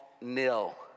nil